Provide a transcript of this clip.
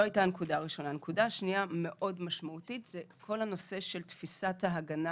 שנית, נקודה משמעותית הנושא של תפיסת ההגנה